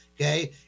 okay